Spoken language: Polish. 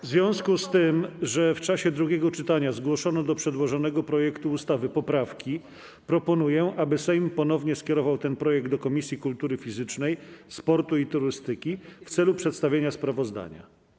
W związku z tym, że w czasie drugiego czytania zgłoszono do przedłożonego projektu ustawy poprawki, proponuję, aby Sejm ponownie skierował ten projekt do Komisji Kultury Fizycznej, Sportu i Turystyki w celu przedstawienia sprawozdania.